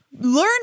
Learn